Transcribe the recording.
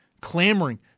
clamoring